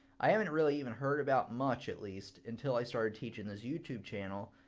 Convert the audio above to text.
i haven't really even heard about much, at least, until i started teaching this youtube channel.